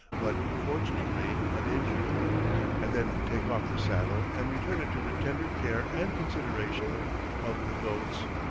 but, fortunately, uninjured i then take off the saddle and return it to the tender care and consideration of the goats.